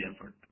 effort